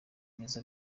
mwiza